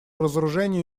разоружению